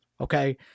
Okay